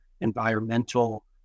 environmental